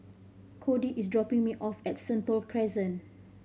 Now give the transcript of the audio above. Kody is dropping me off at Sentul Crescent